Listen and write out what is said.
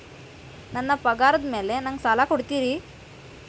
ನನ್ನ ಪಗಾರದ್ ಮೇಲೆ ನಂಗ ಸಾಲ ಕೊಡ್ತೇರಿ?